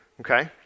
Okay